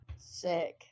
Sick